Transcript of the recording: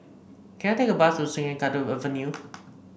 can I take a bus to Sungei Kadut Avenue